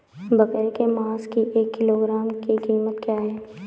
बकरे के मांस की एक किलोग्राम की कीमत क्या है?